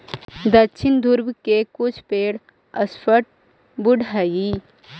दक्षिणी ध्रुव के कुछ पेड़ सॉफ्टवुड हइ